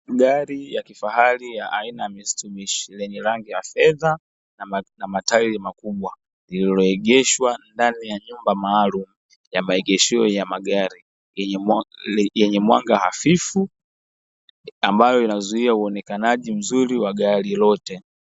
Gari ya kifahari ya aina ya Mistubishi lenye rangi ya fedha na matairi makubwa, lililoegeshwa ndani ya nyumba maalumu ya maegesheo ya magari yenye mwanga hafifu ambayo inazuia uonekanaji mzuri wa gari lote.